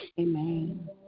Amen